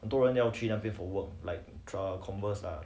很多人要去那边 for work like err commerce lah